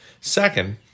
Second